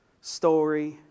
story